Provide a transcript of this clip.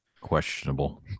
questionable